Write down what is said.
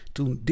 Toen